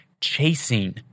chasing